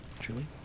Julie